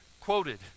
quoted